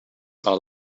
are